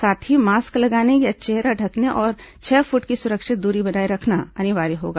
साथ ही मास्क लगाने या चेहरा ढंकने और छह फूट की सुरक्षित दूरी बनाए रखना अनिवार्य होगा